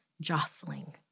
jostling